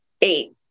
Eight